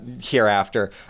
Hereafter